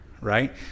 right